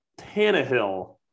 Tannehill